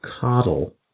coddle